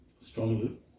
Strongly